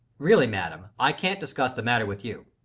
really, madam, i can't discuss the matter with you.